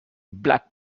black